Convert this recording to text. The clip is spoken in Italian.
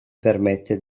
permette